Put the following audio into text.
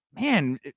man